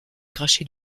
cracher